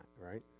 right